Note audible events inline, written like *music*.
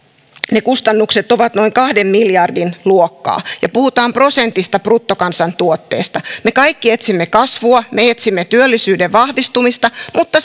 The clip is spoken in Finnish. ne kustannukset ovat noin kahden miljardin luokkaa ja puhutaan prosentista bruttokansantuotteesta me kaikki etsimme kasvua me etsimme työllisyyden vahvistumista mutta *unintelligible*